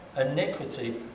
iniquity